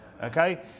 Okay